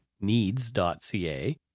needs.ca